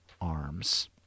arms